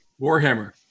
warhammer